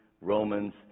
Romans